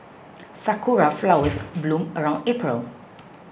sakura flowers bloom around April